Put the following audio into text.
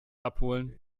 abholen